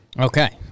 Okay